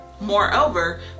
Moreover